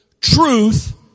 truth